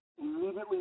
immediately